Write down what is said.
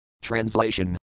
Translation